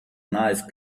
nice